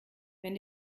wenn